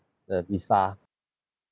the visa